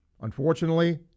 unfortunately